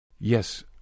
Yes